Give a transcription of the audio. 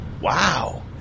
Wow